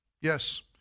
yes